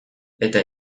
eta